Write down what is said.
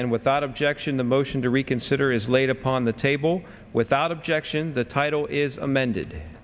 and without objection the motion to reconsider is laid upon the table without objection the title is amended